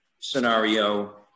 scenario